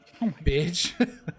Bitch